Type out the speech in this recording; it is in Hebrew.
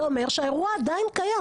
זה אומר שהאירוע עדיין קיים,